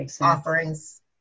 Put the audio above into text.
offerings